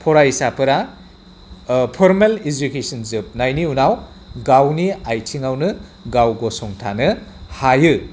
फरायसाफोरा formal education जोबनायनि उनाव गावनि आथिङावनो गाव गसंथानो हायो